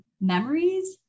memories